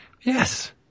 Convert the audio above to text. Yes